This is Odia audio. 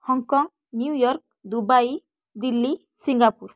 Hong Kong New York Dubai Delhi Singapore